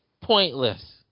pointless